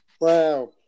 Wow